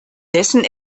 dessen